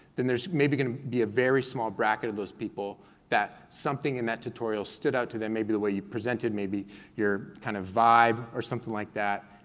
then there's maybe gonna be a very small bracket of those people that something in that tutorial stood out to them, maybe the way you presented, maybe your kind of vibe, or something like that.